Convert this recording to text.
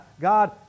God